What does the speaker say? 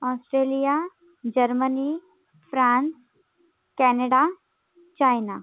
Australia Germany France Canada China